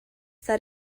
that